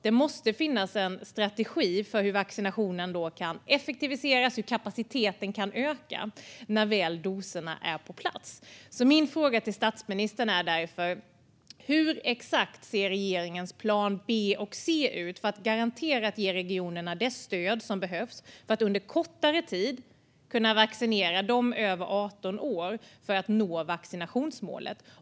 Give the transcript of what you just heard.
Det måste finnas en strategi för hur vaccinationen kan effektiviseras och hur kapaciteten kan öka när doserna väl är på plats. Min fråga till statsministern är därför: Exakt hur ser regeringens plan B och plan C ut för att garanterat ge regionerna det stöd som behövs för att under kortare tid kunna vaccinera dem över 18 år för att nå vaccinationsmålet?